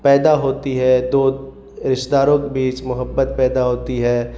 پیدا ہوتی ہے دو رشتہ داروں کے بیچ محبت پیدا ہوتی ہے